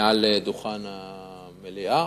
מעל דוכן המליאה.